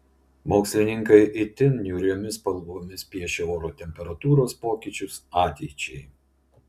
mokslininkai itin niūriomis spalvomis piešia oro temperatūros pokyčius ateičiai